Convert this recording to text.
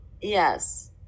Yes